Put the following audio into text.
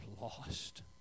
lost